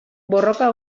borroka